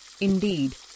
Indeed